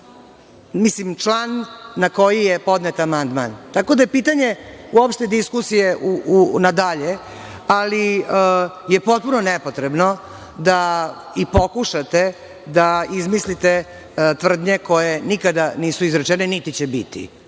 mislim, član na koji je podnet amandman. Tako da je pitanje uopšte diskusije na dalje, ali je potpuno nepotrebno da i pokušate da izmislite tvrdnje koje nikada nisu izrečene, niti će biti. Meni